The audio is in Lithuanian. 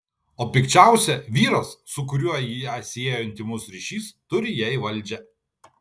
o pikčiausia vyras su kuriuo ją siejo intymus ryšys turi jai valdžią